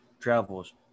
travels